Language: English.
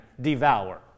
devour